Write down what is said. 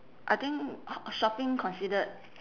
I think h~ shopping considered